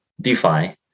DeFi